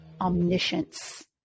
omniscience